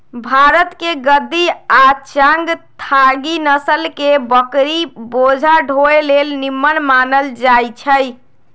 भारतके गद्दी आ चांगथागी नसल के बकरि बोझा ढोय लेल निम्मन मानल जाईछइ